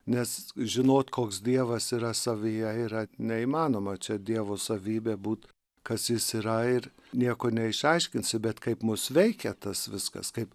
nes žinot koks dievas yra savyje yra neįmanoma čia dievo savybė būt kas jis yra ir nieko neišaiškinsi bet kaip mus veikia tas viskas kaip